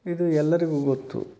ಇದು ಎಲ್ಲರಿಗೂ ಗೊತ್ತು